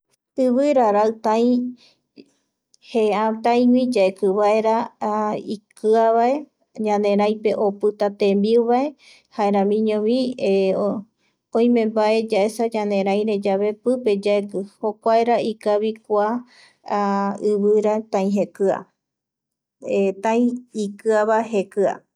Ivira ta taïgui yaeki vaera ikiavae ñaneraipe opita tembiu vae jaeramiñovi oime mbae yaesa ñanerai re yave pipe yaeki jokuara ikavi kua ivira taï jekia taï ikiava jekia